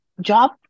job